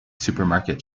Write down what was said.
supermarket